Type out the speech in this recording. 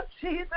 Jesus